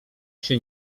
się